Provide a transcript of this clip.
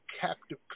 captive